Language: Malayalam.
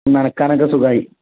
ഒന്ന് നനയ്ക്കാനൊക്കെ കണക സുഖമായി